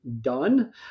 done